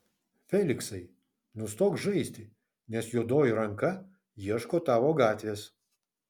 feliksai nustok žaisti nes juodoji ranka ieško tavo gatvės